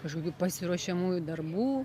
kažkokių pasiruošiamųjų darbų